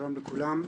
שלום לכולם.